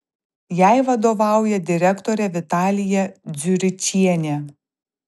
jai vadovauja direktorė vitalija dziuričienė